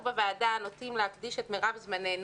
אנחנו בוועדה נוטים להקדיש את מרב זמננו,